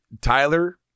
Tyler